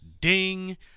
ding